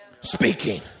speaking